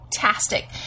fantastic